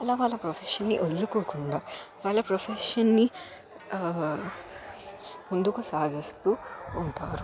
అలా వాళ్ళ ప్రొఫెషన్ని వదులుకోకుండా వాళ్ళ ప్రొఫెషన్ని ముందుకి సాగస్తూ ఉంటారు